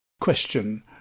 Question